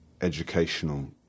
educational